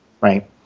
right